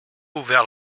ouvert